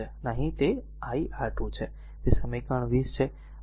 અને અહીં તે r iR2 છે તે સમીકરણ 20 છે